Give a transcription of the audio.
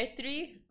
three